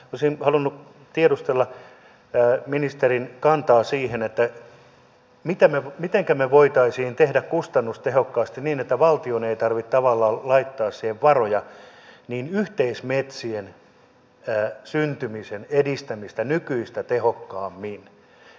tosin valunut tiedustella tai ministerin kantaa metsälöitä yhdistellään mitenkä me voisimme tehdä kustannustehokkaasti niin että valtion ei tarvitse tavallaan laittaa siihen varoja eli yhteismetsien syntymistä edistettäisiin nykyistä tehokkaammin